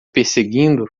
perseguindo